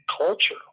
culture